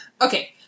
okay